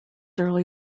early